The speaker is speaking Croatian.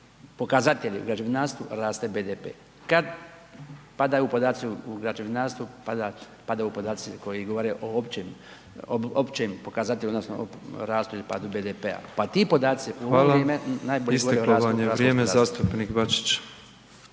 pokazatelji u građevinarstvu, raste i BDP. Kad padaju podaci o građevinarstvu, padaju podaci koji govore o općem pokazatelju odnosno rastu ili padu BDP-a pa ti podaci u ono vrijeme najbolje govore o rastu .../Govornik se ne razumije./...